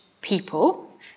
people